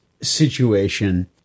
situation